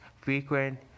frequent